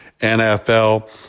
NFL